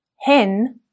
Hen